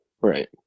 Right